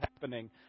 happening